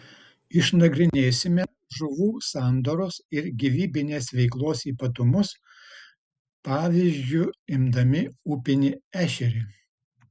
išnagrinėsime žuvų sandaros ir gyvybinės veiklos ypatumus pavyzdžiu imdami upinį ešerį